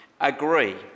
agree